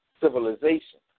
civilization